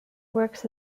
works